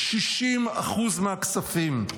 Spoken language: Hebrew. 60% מהכספים,